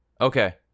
okay